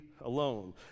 alone